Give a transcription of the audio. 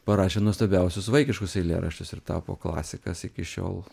parašė nuostabiausius vaikiškus eilėraščius ir tapo klasikas iki šiol